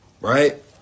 Right